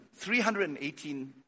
318